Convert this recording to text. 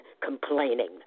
complaining